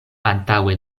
antaŭe